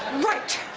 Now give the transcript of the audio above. right,